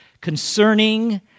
concerning